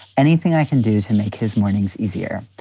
anything i can do to make his mornings easier.